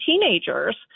teenagers